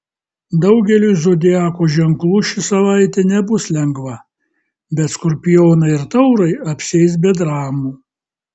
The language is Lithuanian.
daugeliui zodiako ženklų ši savaitė nebus lengva bet skorpionai ir taurai apsieis be dramų